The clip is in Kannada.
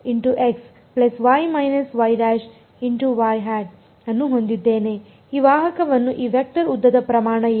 ಈ ವಾಹಕವನ್ನು ಈ ವೆಕ್ಟರ್ ಉದ್ದದ ಪ್ರಮಾಣ ಏನು